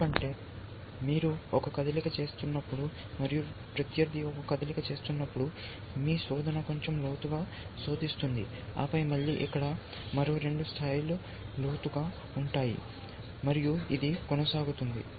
ఎందుకంటే మీరు ఒక కదలిక చేసినప్పుడు మరియు ప్రత్యర్థి ఒక కదలిక చేసినప్పుడు మీ శోధన కొంచెం లోతుగా శోధిస్తుంది ఆపై మళ్ళీ ఇక్కడ మరో రెండు స్థాయిలు లోతుగా ఉంటాయి మరియు ఇది కొనసాగుతుంది